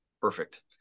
Perfect